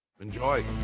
Enjoy